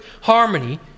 harmony